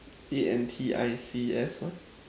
A N T I C S what